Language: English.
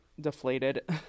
deflated